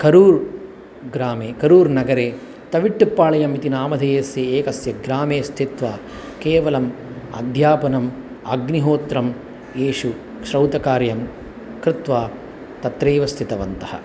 करूरग्रामे करूरनगरे तविट्टपाळ्यम् इति नामधेयस्य एकस्य ग्रामे स्थित्वा केवलम् अध्यापनम् अग्निहोत्रम् एषु श्रौतकार्यं कृत्वा तत्रैव स्थितवन्तः